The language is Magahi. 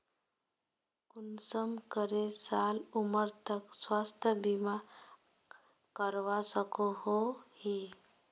कुंसम करे साल उमर तक स्वास्थ्य बीमा करवा सकोहो ही?